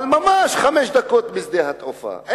אבל ממש חמש דקות משדה התעופה,